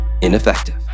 ineffective